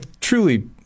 truly